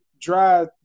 dry